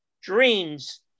Dreams